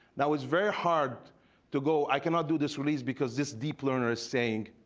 that was very hard to go. i cannot do this release because this deep learner is saying,